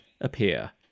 appear